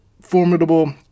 formidable